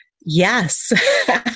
yes